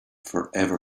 forever